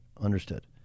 Understood